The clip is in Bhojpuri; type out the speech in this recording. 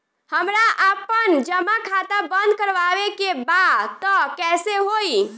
हमरा आपन जमा खाता बंद करवावे के बा त कैसे होई?